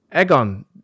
Egon